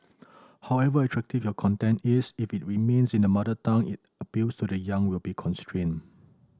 however attractive your content is if it remains in the mother tongue it appeal to the young will be constrained